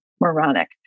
moronic